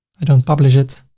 i don't publish it.